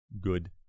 good